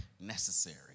necessary